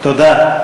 תודה.